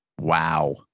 Wow